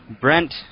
Brent